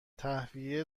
تهویه